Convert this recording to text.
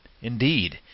Indeed